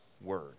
word